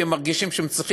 כי הם מרגישים שהם צריכים,